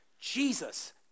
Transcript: Jesus